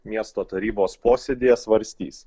miesto tarybos posėdyje svarstys